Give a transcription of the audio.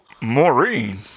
Maureen